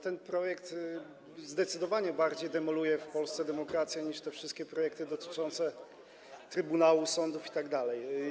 Ten projekt zdecydowanie bardziej demoluje w Polsce demokrację niż te wszystkie projekty dotyczące trybunału, sądów itd.